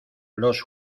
los